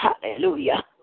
Hallelujah